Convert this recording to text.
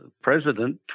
president